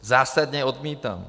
Zásadně odmítám!